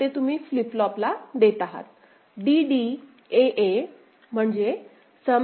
तर ते तुम्ही फ्लिप फ्लॉपला देत आहात